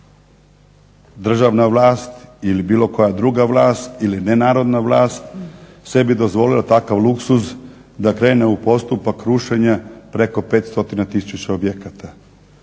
državna vlast ili bilo koja druga vlast ili nenarodna vlast sebi dozvolila takav luksuz da krene u postupak rušenja preko 500 tisuća objekata.